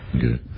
Good